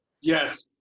yes